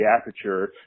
aperture